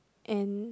and